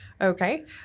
Okay